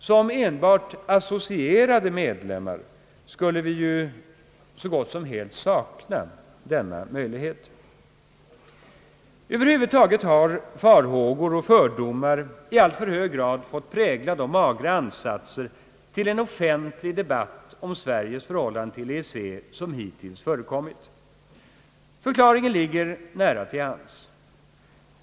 Som enbart associerad medlem skulle Sverige så gott som helt sakna denna möjlighet. över huvud taget har farhågor och fördomar i alltför hög grad fått prägla de magra ansatser till en offentlig debatt om Sveriges förhållande till EEC som hittills förekommit. Förklaringen ligger nära till hands.